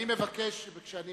אני מבקש שכשאני